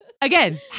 again